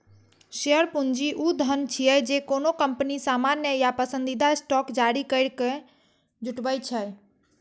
share पूंजी ऊ धन छियै, जे कोनो कंपनी सामान्य या पसंदीदा स्टॉक जारी करैके जुटबै छै